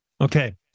okay